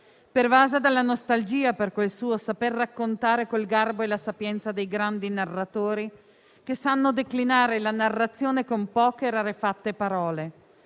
pervasa dalla nostalgia per quel suo saper raccontare con il garbo e la sapienza dei grandi narratori, che sanno declinare la narrazione con poche e rarefatte parole.